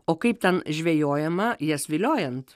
o kaip ten žvejojama jas viliojant